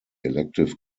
elective